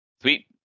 sweet